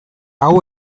hau